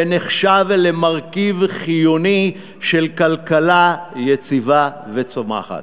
ונחשב למרכיב חיוני של כלכלה יציבה וצומחת.